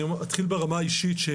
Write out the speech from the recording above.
אני אתחיל ברמה האישית,